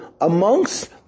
amongst